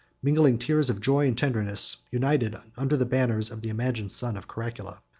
mingling tears of joy and tenderness, united under the banners of the imagined son of caracalla,